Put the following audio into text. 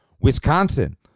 Wisconsin